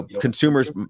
consumers